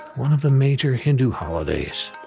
one of the major hindu holidays.